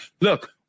Look